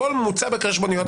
הכל מוצג בחשבוניות.